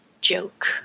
joke